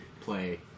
Play